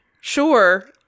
sure